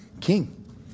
King